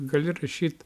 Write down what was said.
gali rašyt